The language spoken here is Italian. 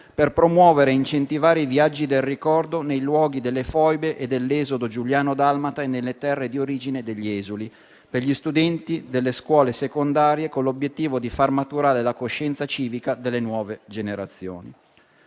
per promuovere e incentivare i viaggi del ricordo nei luoghi delle foibe e dell'esodo giuliano-dalmata e nelle terre di origine degli esuli per gli studenti delle scuole secondarie, con l'obiettivo di far maturare la coscienza civica delle nuove generazioni.